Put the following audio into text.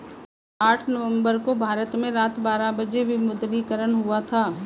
आठ नवम्बर को भारत में रात बारह बजे विमुद्रीकरण हुआ था